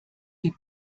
wie